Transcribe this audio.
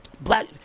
black –